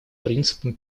принципом